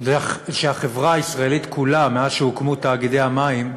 זה שהחברה הישראלית כולה, מאז הוקמו תאגידי המים,